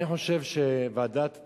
אני חושב שוועדת-טרכטנברג,